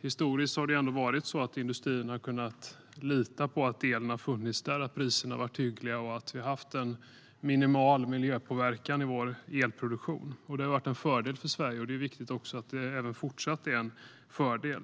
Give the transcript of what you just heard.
Historiskt har industrin kunnat lita på att elen har funnits där, att priserna har varit hyggliga och att vi har haft en minimal miljöpåverkan i vår elproduktion. Det har varit en fördel för Sverige, och det är viktigt att det även fortsatt är en fördel.